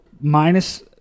minus